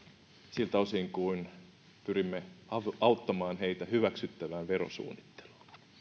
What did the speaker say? siltä osin kuin pyrimme auttamaan heitä hyväksyttävään verosuunnitteluun